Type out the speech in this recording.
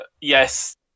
yes